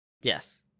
Yes